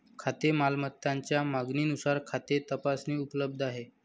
खाते मालकाच्या मागणीनुसार खाते तपासणी उपलब्ध आहे